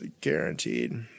guaranteed